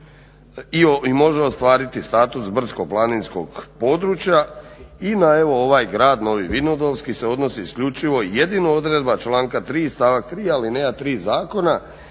i može ostvariti status brdsko-planinskog područja i na evo ovaj grad Novi Vinodolski se odnosi isključivo i jedino odredba članka 3., stavak 3., alineja 3. zakona